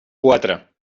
quatre